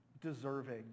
deserving